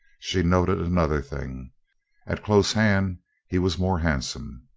she noted another thing at close hand he was more handsome.